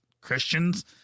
Christians